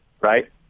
right